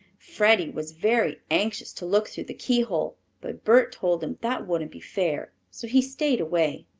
freddie was very anxious to look through the keyhole, but bert told him that wouldn't be fair, so he stayed away.